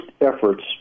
efforts